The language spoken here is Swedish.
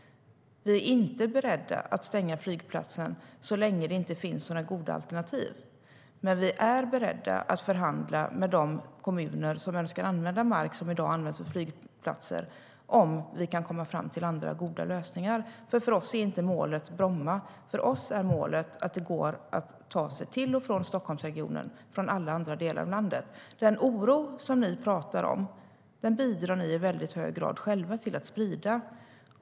Vi är inte beredda att stänga flygplatsen så länge det inte finns några goda alternativ. Men vi är beredda att förhandla med de kommuner som önskar använda mark som i dag används för flygplatser om vi kan komma fram till andra, goda lösningar. För oss är målet inte Bromma; för oss är målet att det ska gå att ta sig till och från Stockholmsregionen från alla andra delar av landet. Den oro som ni talar om bidrar ni i hög grad själva till att sprida.